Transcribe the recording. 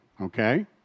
Okay